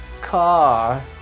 Car